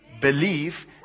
believe